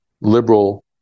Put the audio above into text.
liberal